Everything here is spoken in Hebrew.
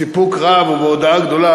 בסיפוק רב ובהודאה גדולה,